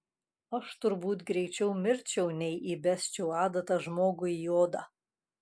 aš turbūt greičiau mirčiau nei įbesčiau adatą žmogui į odą